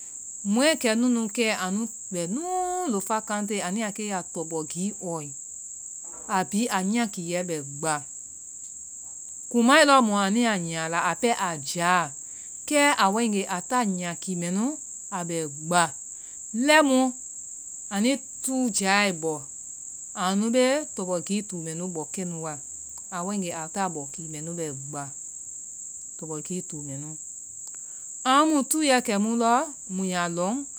Mɔɛ kɛnunu kɛ anu bɛ nuuu lofa kante, anuyaa keeya tɔbɔgii ɔɔi. a bihi a nyia kill bɛ gba, kumae lɔɔ mu anuyaa nyiaa la a pɛɛ a jaa. Kɛ a waegee, a ta nyia kii mɛnu, a bɛ gba, lɛimu anui tuu jaae bɔ anu bee tɔbɔgii tuu mɛnu bɔ kɛnuwa a waegee, a ta nbɔ kii mɛnu bɛ gba. tɔbɔgii tuu mɛnu. anu tuuɛ kɛmu lɔ muyaa lɔ